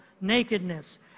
nakedness